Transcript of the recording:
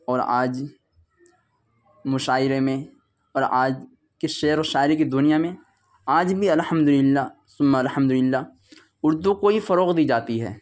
اور آج مشاعرے میں اور آج كی شعر و شاعری كی دنیا میں آج بھی الحمد للّہ ثم الحمد للّہ اردو كو ہی فروغ دی جاتی ہے